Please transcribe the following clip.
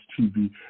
tv